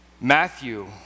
Matthew